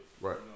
right